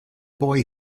boy